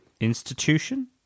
Institution